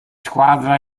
squadra